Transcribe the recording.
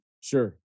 Sure